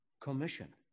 commission